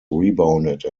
rebounded